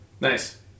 Nice